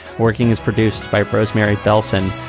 working is produced by rosemary bellson.